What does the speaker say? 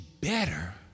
better